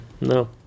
No